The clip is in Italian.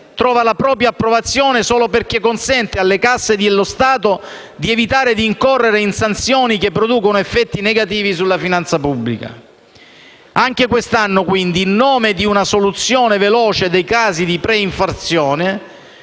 trova la propria approvazione solo perché consente alle casse dello Stato di evitare di incorrere in sanzioni che producono effetti negativi sulla finanza pubblica. Anche quest'anno, quindi, in nome di una soluzione veloce dei casi di pre-infrazione,